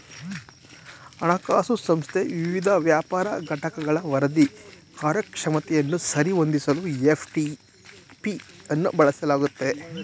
ಹಣಕಾಸು ಸಂಸ್ಥೆ ವಿವಿಧ ವ್ಯಾಪಾರ ಘಟಕಗಳ ವರದಿ ಕಾರ್ಯಕ್ಷಮತೆಯನ್ನ ಸರಿ ಹೊಂದಿಸಲು ಎಫ್.ಟಿ.ಪಿ ಅನ್ನ ಬಳಸಲಾಗುತ್ತೆ